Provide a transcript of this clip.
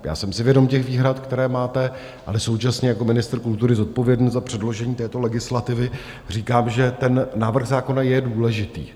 Já jsem si vědom těch výhrad, které máte, ale současně jako ministr kultury zodpovědný za předložení této legislativy říkám, že ten návrh zákona je důležitý.